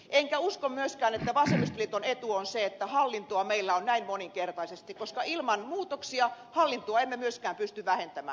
enkä usko myöskään että vasemmistoliiton etu on se että hallintoa meillä on näin moninkertaisesti koska ilman muutoksia emme myöskään pysty hallintoa vähentämään